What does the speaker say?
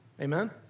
Amen